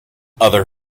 other